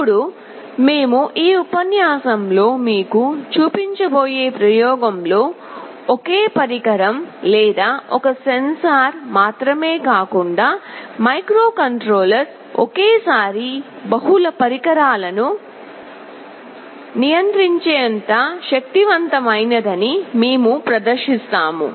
ఇప్పుడు మేము ఈ ఉపన్యాసంలో మీకు చూపించబోయే ప్రయోగంలో ఒకే పరికరం లేదా ఒక సెన్సార్ మాత్రమే కాకుండా మైక్రోకంట్రోలర్ ఒకేసారి బహుళ పరికరాలను నియంత్రించేంత శక్తివంతమైనదని మేము ప్రదర్శిస్తాము